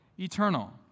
Eternal